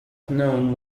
known